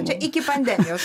čia iki pandemijos